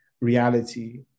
reality